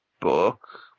book